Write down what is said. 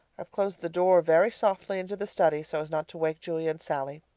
i've closed the door very softly into the study so as not to wake julia and sallie,